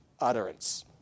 utterance